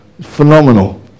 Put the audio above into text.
Phenomenal